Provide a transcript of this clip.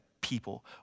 people